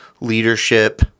leadership